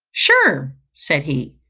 sure, said he,